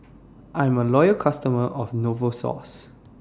I'm A Loyal customer of Novosources